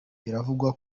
biravugwa